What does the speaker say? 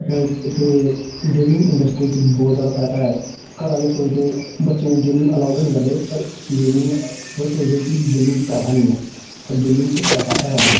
ते gaming industry च बहुत जादा पैसा ऐ घर आह्ले सोचदे बच्चें गी गेमिंग अलाउड गै निं करदे पर गेमिंग ओह् एह् सोचदे कि गेमिंग च पैसा निं ऐ पर गेमिंग च पैसा ऐ ऐ